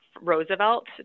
Roosevelt